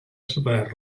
separar